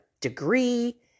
degree